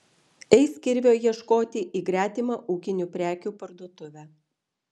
eis kirvio ieškoti į gretimą ūkinių prekių parduotuvę